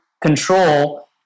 control